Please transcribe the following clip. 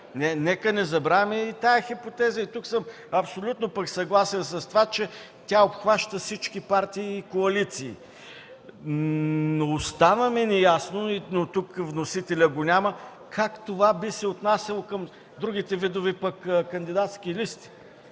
Нека не забравяме и тази хипотеза. И тук съм абсолютно пък съгласен с това, че тя обхваща всички партии и коалиции. Остава ми неясно, но тук вносителят го няма, как това би се отнасяло към другите видове пък кандидатски листи.